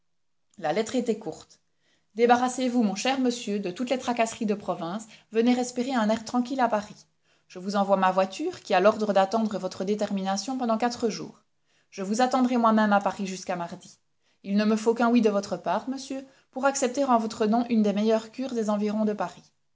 la lettre était courte débarrassez-vous mon cher monsieur de toutes les tracasseries de province venez respirer un air tranquille à paris je vous envoie ma voiture qui a l'ordre d'attendre votre détermination pendant quatre jours je vous attendrai moi-même à paris jusqu'a mardi il ne me faut qu'un oui de votre part monsieur pour accepter en votre nom une des meilleures cures des environs de paris